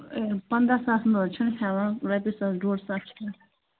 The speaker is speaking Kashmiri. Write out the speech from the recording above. ہے پنٛداہ ساس نہَ حظ چھِ نہٕ ہٮ۪وان رۄپیہِ ساس ڈۅڈ ساس چھِ